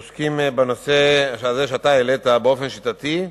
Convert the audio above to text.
עוסקים בנושא שהעלית באופן שיטתי,